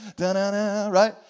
right